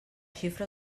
xifra